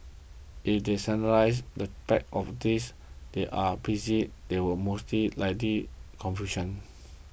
if they standardise the packs of this they are busy there will most likely confusion